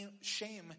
shame